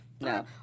No